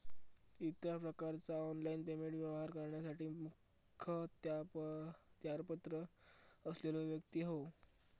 इतर प्रकारचा online payment व्यवहार करण्यासाठी मुखत्यारपत्र असलेलो व्यक्ती होवो